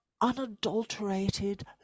unadulterated